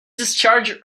discharged